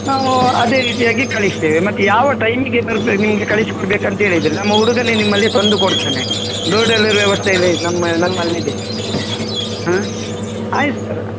ನಾವು ಅದೇ ರೀತಿಯಾಗಿ ಕಳಿಸ್ತೇವೆ ಮತ್ತೆ ಯಾವ ಟೈಮಿಗೆ ಬರ್ಬೇಕು ನಿಮಗೆ ಕಳಿಸಿ ಕೊಡ್ಬೇಕು ಅಂತೇಳಿದರೆ ನಮ್ಮ ಹುಡುಗನೇ ನಿಮ್ಮಲ್ಲಿ ತಂದು ಕೊಡ್ತಾನೆ ಡೋರ್ ಡೆಲಿವರಿ ವ್ಯವಸ್ಥೆ ಎಲ್ಲ ಇದು ನಮ್ಮ ನಮ್ಮಲ್ಲಿದೆ ಹಾಂ ಆಯ್ತು ಸರ್